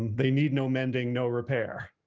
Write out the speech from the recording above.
they need no mending, no repair.